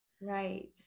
right